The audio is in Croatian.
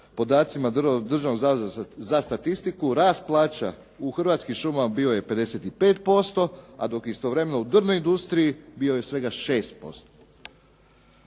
podacima Državnog zavoda za statistiku, rast plaća u Hrvatskim šumama bio je 55%, a dok istovremeno u Drvnoj industriji bio je svega 6%.